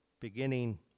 beginning